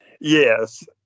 Yes